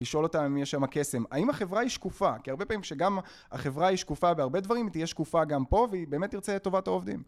לשאול אותם אם יש שמה קסם, האם החברה היא שקופה, כי הרבה פעמים שגם החברה היא שקופה בהרבה דברים, היא תהיה שקופה גם פה והיא באמת תרצה את טובת העובדים